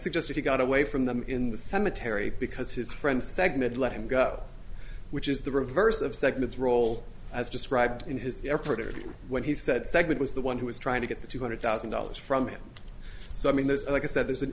suggested he got away from them in the cemetery because his friend segment let him go which is the reverse of segments roll as described in his effort when he said segment was the one who was trying to get the two hundred thousand dollars from him so i mean there's like i said there's